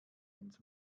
ins